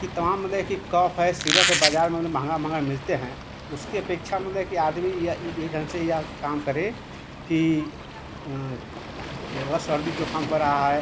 कि तमाम मतलब कि कफ़ हैं सीरप है बाज़ार में मतलब महँगे महँगे मिलते हैं उसकी अपेक्षा मतलब कि आदमी या इन्हें ढंग से यह काम करे कि अगर सर्दी जुक़ाम हो रहा है